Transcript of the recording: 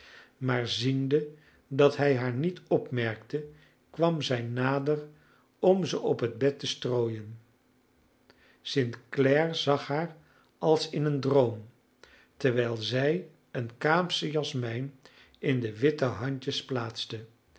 maar ziende dat hij haar niet opmerkte kwam zij nader om ze op het bed te strooien st clare zag haar als in een droom terwijl zij een kaapsche jasmijn in de witte handjes plaatste